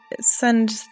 send